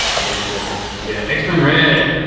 that'll be good yeah x-men read